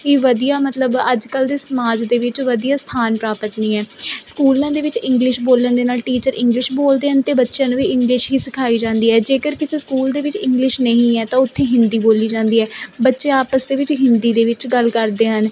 ਈ ਵਧੀਆ ਮਤਲਬ ਅੱਜ ਕੱਲ੍ਹ ਦੇ ਸਮਾਜ ਦੇ ਵਿੱਚ ਵਧੀਆ ਸਥਾਨ ਪ੍ਰਾਪਤ ਨਹੀਂ ਹੈ ਸਕੂਲਾਂ ਦੇ ਵਿੱਚ ਇੰਗਲਿਸ਼ ਬੋਲਣ ਦੇ ਨਾਲ ਟੀਚਰ ਇੰਗਲਿਸ਼ ਬੋਲਦੇ ਹਨ ਅਤੇ ਬੱਚਿਆਂ ਨੂੰ ਵੀ ਇੰਗਲਿਸ਼ ਹੀ ਸਿਖਾਈ ਜਾਂਦੀ ਹੈ ਜੇਕਰ ਕਿਸੇ ਸਕੂਲ ਦੇ ਵਿੱਚ ਇੰਗਲਿਸ਼ ਨਹੀਂ ਹੈ ਤਾਂ ਉੱਥੇ ਹਿੰਦੀ ਬੋਲੀ ਜਾਂਦੀ ਹੈ ਬੱਚੇ ਆਪਸ ਦੇ ਵਿੱਚ ਹਿੰਦੀ ਦੇ ਵਿੱਚ ਗੱਲ ਕਰਦੇ ਹਨ